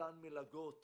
מתן מלגות